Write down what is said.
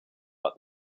but